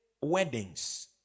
weddings